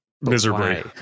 miserably